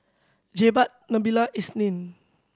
Jebat Nabila Isnin